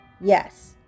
Yes